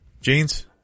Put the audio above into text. Jeans